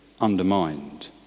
undermined